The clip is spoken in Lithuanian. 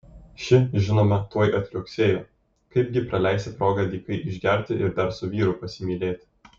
ši žinoma tuoj atliuoksėjo kaip gi praleisi progą dykai išgerti ir dar su vyru pasimylėti